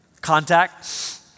Contact